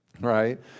right